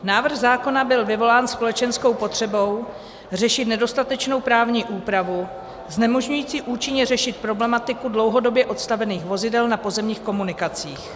Návrh zákona byl vyvolán společenskou potřebou řešit nedostatečnou právní úpravu znemožňující účinně řešit problematiku dlouhodobě odstavených vozidel na pozemních komunikacích.